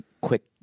quick